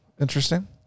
Interesting